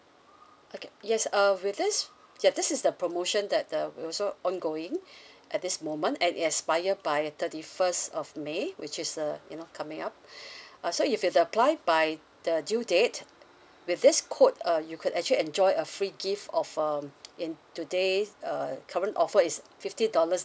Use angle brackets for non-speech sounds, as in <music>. okay yes uh with this yeah this is the promotion that uh is also ongoing at this moment and it expire by thirty first of may which is uh you know coming up <breath> uh so if you apply by the due date with this code uh you could actually enjoy a free gift of um and today uh current offer is fifty dollars